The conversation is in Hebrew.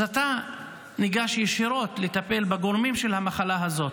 אתה ניגש ישירות לטפל בגורמים של המחלה הזאת,